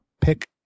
pick